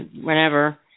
whenever